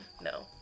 no